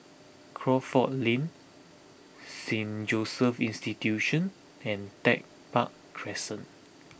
Crawford Lane Saint Joseph's Institution and Tech Park Crescent